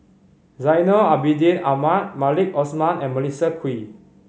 Zainal Abidin Ahmad Maliki Osman and Melissa Kwee